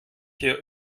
hier